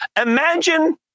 Imagine